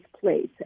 place